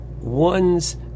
one's